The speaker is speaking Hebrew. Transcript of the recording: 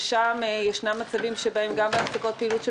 שם ישנם מצבים שגם בהפסקות פעילות של